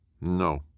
No